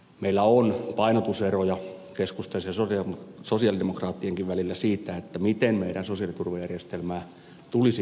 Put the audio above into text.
meillä on painotuseroja keskustan ja sosialidemokraattienkin välillä siitä miten meidän sosiaaliturvajärjestelmäämme tulisi kehittää